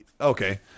Okay